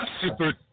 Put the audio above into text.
super